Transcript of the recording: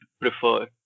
prefer